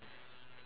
ya